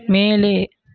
மேலே